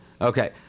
Okay